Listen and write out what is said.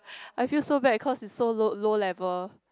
I feel so bad cause it's so low low level